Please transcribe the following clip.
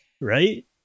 right